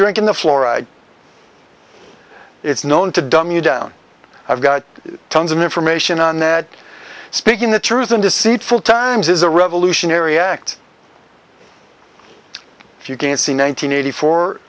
drinking the floor it's known to dumb you down i've got tons of information on that speaking the truth and deceitful times is a revolutionary act if you can't see nine hundred eighty four